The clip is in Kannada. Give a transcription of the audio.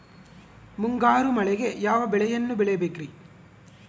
ಮುಂಗಾರು ಮಳೆಗೆ ಯಾವ ಬೆಳೆಯನ್ನು ಬೆಳಿಬೇಕ್ರಿ?